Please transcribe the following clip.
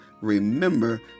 remember